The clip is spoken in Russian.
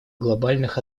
глобальных